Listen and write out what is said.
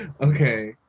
Okay